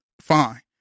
fine